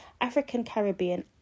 African-Caribbean